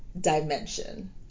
dimension